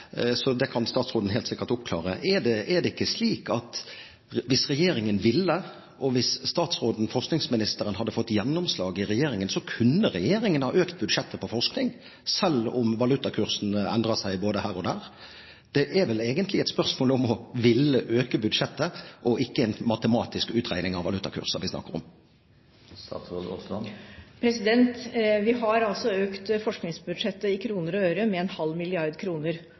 så det kan statsråden helt sikkert oppklare: Er det ikke slik at hvis regjeringen ville og hvis statsråden – forskningsministeren – hadde fått gjennomslag i regjeringen, kunne regjeringen ha økt budsjettet på forskning, selv om valutakursene endrer seg både her og der? Det er vel egentlig et spørsmål om å ville øke budsjettet, og ikke en matematisk utregning av valutakurser vi snakker om. Vi har økt forskningsbudsjettet i kroner og øre med en halv milliard kroner.